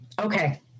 Okay